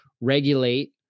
regulate